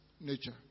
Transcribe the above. nature